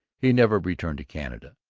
he never returned to canada.